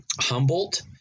Humboldt